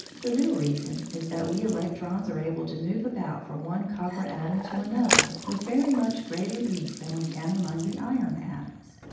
the real reason is that we electrons are able to move about from one copper atom to another with very much greater ease than we can among the iron atoms.